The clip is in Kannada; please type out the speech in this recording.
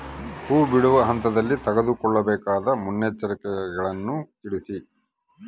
ಹೂ ಬಿಡುವ ಹಂತದಲ್ಲಿ ತೆಗೆದುಕೊಳ್ಳಬೇಕಾದ ಮುನ್ನೆಚ್ಚರಿಕೆಗಳನ್ನು ತಿಳಿಸಿ?